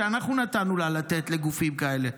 שאנחנו נתנו לה לתת לגופים כאלה.